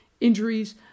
injuries